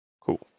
Cool